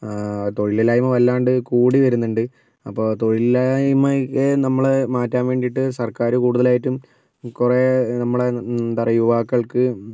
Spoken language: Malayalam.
തൊഴിലില്ലായ്മ വല്ലണ്ട് കൂടി വരുന്നുണ്ട് അപ്പോൾ തൊഴിലില്ലായ്മയൊക്കെ നമ്മൾ മാറ്റാൻ വേണ്ടിട്ട് സർക്കാർ കൂടുതലായിട്ടും കുറെ നമ്മുടെ എന്താ പറയാ യുവാക്കൾക്ക്